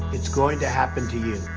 it's going to happen to you.